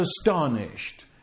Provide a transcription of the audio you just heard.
astonished